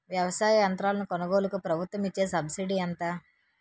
వ్యవసాయ యంత్రాలను కొనుగోలుకు ప్రభుత్వం ఇచ్చే సబ్సిడీ ఎంత?